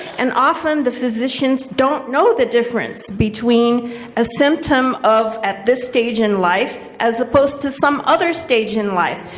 and often, the physicians don't know the difference between a symptom of at this stage in life as opposed to some other stage in life.